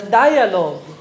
dialogue